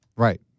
Right